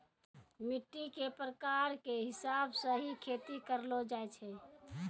मिट्टी के प्रकार के हिसाब स हीं खेती करलो जाय छै